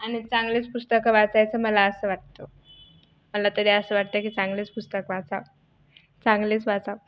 आणि चांगलेच पुस्तकं वाचायचं मला असं वाटतं मला तरी असं वाटतं की चांगलेच पुस्तक वाचावं चांगलेच वाचावं